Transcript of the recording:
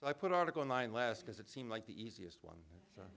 so i put article nine last because it seemed like the easiest one